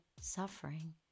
suffering